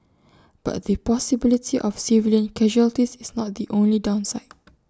but the possibility of civilian casualties is not the only downside